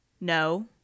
No